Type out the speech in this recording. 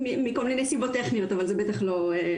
זה קרה מכל מיני סיבות טכניות אבל זה בטח לא.